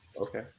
okay